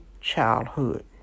childhood